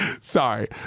Sorry